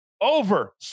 Over